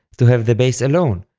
to have the bass alone,